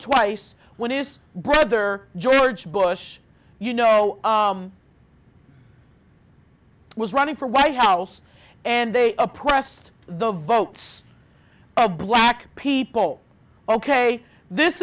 twice when his brother george bush you know was running for white house and they oppressed the votes oh black people ok this